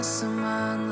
su man